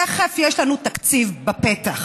תכף יש לנו תקציב בפתח.